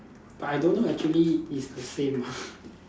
but I don't know actually is the same ah